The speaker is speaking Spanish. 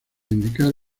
indicar